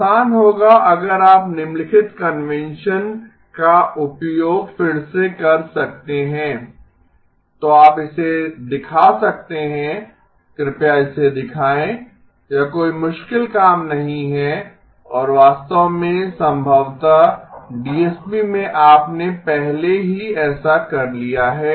आसान होगा अगर आप निम्नलिखित कन्वेंशन का उपयोग फिर से कर सकते हैं तो आप इसे दिखा सकते हैं कृपया इसे दिखाएं यह कोई मुश्किल काम नहीं है और वास्तव में संभवतः डीएसपी में आपने पहले ही ऐसा कर लिया है